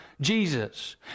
Jesus